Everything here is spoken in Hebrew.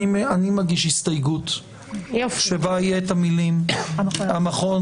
אני מגיש הסתייגות שבה יהיו המילים: "המכון